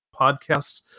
podcasts